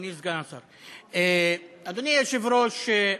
אדוני סגן השר, אדוני היושב-ראש,